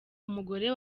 umugore